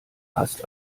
passt